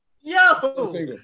Yo